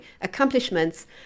accomplishments